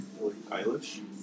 Eilish